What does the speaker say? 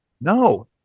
No